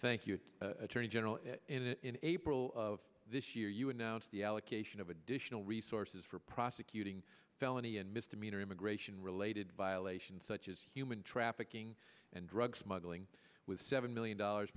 thank you attorney general in april of this year you announced the allocation of additional resources for prosecuting felony and misdemeanor immigration related violations such as human trafficking and drug smuggling with seven million dollars